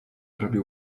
zrobił